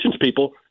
people